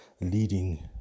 leading